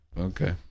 Okay